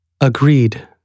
Agreed